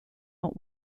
not